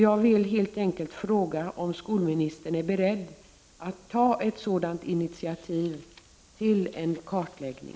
Jag vill helt enkelt fråga om skolministern är beredd att ta ett initiativ till en sådan kartläggning.